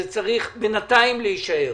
שבינתיים זה צריך להישאר.